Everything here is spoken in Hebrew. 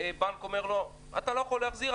והבנק אומר לו "אתה לא יכול להחזיר",